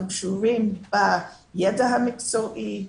אנחנו קשורים בידע המקצועי,